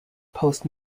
post